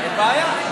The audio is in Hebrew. זו בעיה.